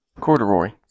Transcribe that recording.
corduroy